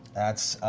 that's